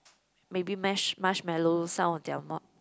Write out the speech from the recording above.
maybe mash~ marshmellow some of their more